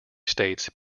states